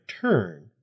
turn